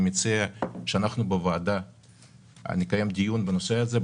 אני מציע שאנחנו בוועדה נקיים דיון בנושא הזה,